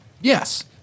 Yes